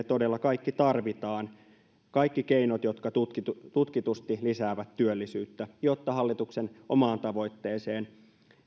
todella kaikki tarvitaan tarvitaan kaikki keinot jotka tutkitusti tutkitusti lisäävät työllisyyttä jotta hallituksen omaan tavoitteeseen